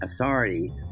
authority